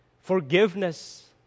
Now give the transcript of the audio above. forgiveness